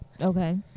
Okay